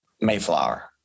Mayflower